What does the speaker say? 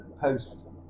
post